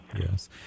Yes